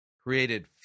created